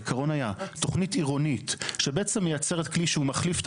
העקרון היה תוכנית עירונית שבעצם מייצרת כלי שמחליף את